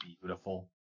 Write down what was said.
beautiful